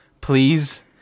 Please